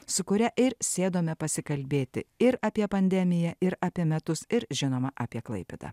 su kuria ir sėdome pasikalbėti ir apie pandemiją ir apie metus ir žinoma apie klaipėdą